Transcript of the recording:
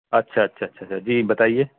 اچھا اچھا اچھا اچھا جی بتائیے